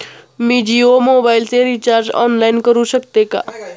मी जियो मोबाइलचे recharge online करू शकते का?